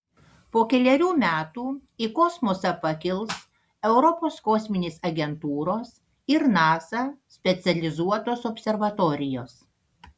po kelerių metų į kosmosą pakils europos kosminės agentūros ir nasa specializuotos observatorijos